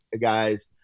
guys